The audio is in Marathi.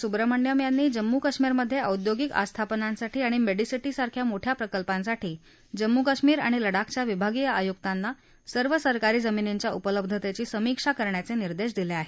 सुब्रमण्यम यांनी जम्मू कश्मीरमध्ये औद्योगिक आस्थापनांसाठी आणि मेडिसिटी सारख्या मोठ्या प्रकल्पासाठी जम्मू कश्मीर आणि लडाखच्या विभागीय आयुक्तांना सर्व सरकारी जमिनींच्या उपलब्धतेची समीक्षा करण्याचे निर्देश दिले आहेत